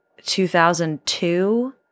2002